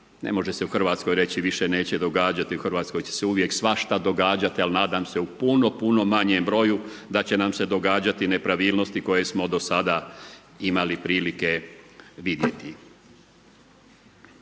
ne može se u Hrvatskoj reći, više neće događati, u Hrvatskoj će se uvijek svašta događati, ali nadam se u puno puno manjem broju, da će nam se događati nepravilnosti, koje smo do sada imali prilike vidjeti.